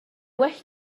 well